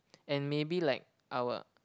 and maybe like our